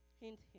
hint